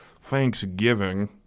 Thanksgiving